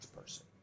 person